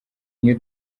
new